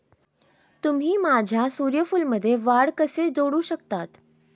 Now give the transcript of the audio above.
तुम्ही माझ्या सूर्यफूलमध्ये वाढ कसे जोडू शकता?